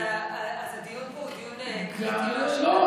אז הדיון פה הוא דיון קריטי, או, לא,